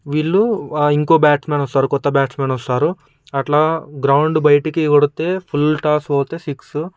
వీళ్లు ఇంకో batsman కొత్త బ్యాట్స్మెన్ వస్తారు అట్లా గ్రౌండ్ బయటికి కొడితే ఫుల్ టాస్క్ పోతే సిక్స్